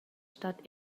stat